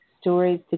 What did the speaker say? stories